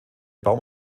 baum